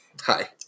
hi